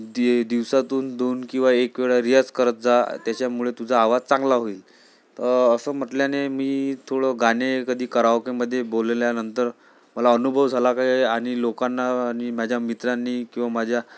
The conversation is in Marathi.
दि दिवसातून दोन किंवा एक वेळा रियाज करत जा त्याच्यामुळे तुझा आवाज चांगला होईल अ असं म्हटल्याने मी थोडं गाणे कधी कराओकेमध्ये बोलल्यानंतर मला अनुभव झाला की आणि लोकांना आणि माझ्या मित्रांनी किंवा माझ्या